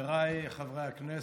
חבריי חברי הכנסת,